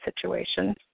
situations